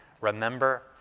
Remember